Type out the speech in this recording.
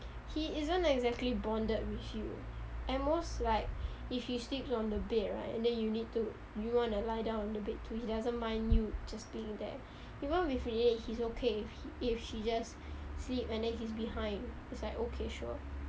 he isn't exactly bonded with you at most like if he sleeps on the bed right and then you need to you wanna lie down on the bed too he doesn't mind you just being there even with he's okay if she just sleep and then he's behind he's like okay sure